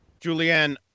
Julianne